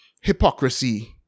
hypocrisy